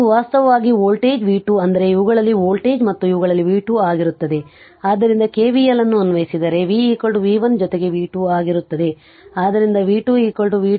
ಇದು ವಾಸ್ತವವಾಗಿ voltage v 2 ಅಂದರೆ ಇವುಗಳಲ್ಲಿ ವೋಲ್ಟೇಜ್ ಮತ್ತು ಇವುಗಳಲ್ಲಿ v 2 ಆಗಿರುತ್ತದೆ ಆದ್ದರಿಂದ KVL ಅನ್ನು ಅನ್ವಯಿಸಿದರೆ ಅದು v v 1 ಜೊತೆಗೆ v 2 ಆಗಿರುತ್ತದೆ